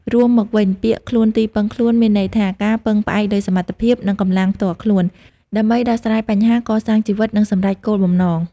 រួមមកវិញ ពាក្យ «ខ្លួនទីពឹងខ្លួន» មានន័យថា ការពឹងផ្អែកលើសមត្ថភាព និងកម្លាំងផ្ទាល់ខ្លួន ដើម្បីដោះស្រាយបញ្ហា កសាងជីវិត និងសម្រេចគោលបំណង។